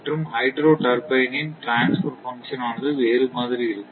மற்றும் ஹைட்ரொ டர்பைனின் transfer function ஆனது வேறு மாதிரி இருக்கும்